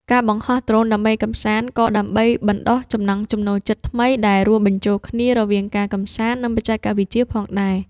ការបង្ហោះដ្រូនដើម្បីកម្សាន្ត ក៏ដើម្បីបណ្ដុះចំណង់ចំណូលចិត្តថ្មីដែលរួមបញ្ចូលគ្នារវាងការកម្សាន្ត និងបច្ចេកវិទ្យាផងដែរ។